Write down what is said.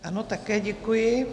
Ano, také děkuji.